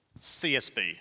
CSB